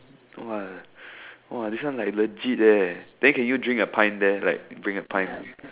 !wah! !wah! this one like legit eh then can you drink a pint there like bring a pint